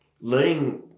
learning